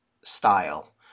style